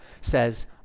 says